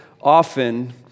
often